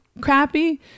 crappy